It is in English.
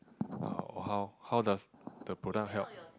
how how how does the product help